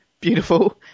Beautiful